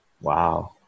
Wow